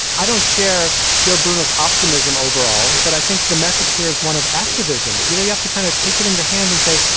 i don't share joe brunos optimism overall, but i think the message here is one of activism. you know, you have to kind of take it in your hands and say,